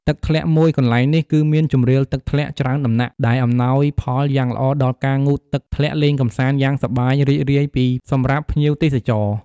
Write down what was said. ទឹកធ្លាក់មួយកន្លែងនេះគឺមានជម្រាលទឹកធ្លាក់ច្រើនដំណាក់ដែល អំណោយផលយ៉ាងល្អដល់ការងូតទឹកធ្លាក់លេងកម្សាន្ដយ៉ាងសប្បាយរីករាយពីសម្រាប់ភ្ញៀវទេសចរ ។